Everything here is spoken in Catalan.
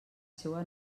seua